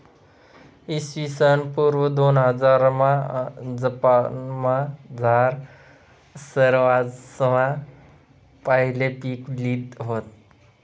इसवीसन पूर्व दोनहजारमा जपानमझार सरवासमा पहिले पीक लिधं व्हतं